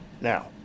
Now